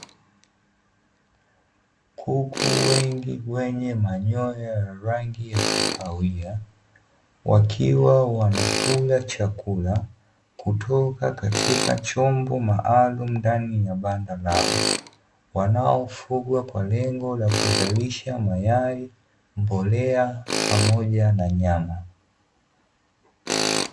Kuku wengi wenye manyoya ya rangi ya kahawia wakiwa wanakula chakula kutoka katika chombo maalumu ndani ya banda lao, wanaofugwa kwa lengo la kuzalisha mayai, mbolea pamoja na nyama.